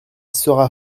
sera